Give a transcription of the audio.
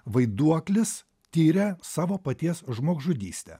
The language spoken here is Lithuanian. vaiduoklis tiria savo paties žmogžudystę